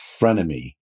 frenemy